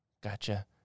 gotcha